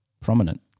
prominent